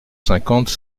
cinquante